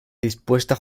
dispuesta